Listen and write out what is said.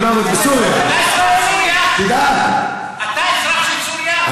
אתה אזרח של סוריה?